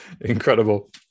incredible